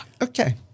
Okay